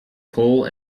coal